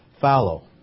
Follow